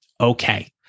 Okay